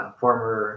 former